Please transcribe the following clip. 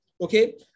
Okay